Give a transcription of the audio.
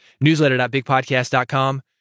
Newsletter.bigpodcast.com